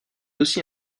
aussi